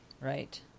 Right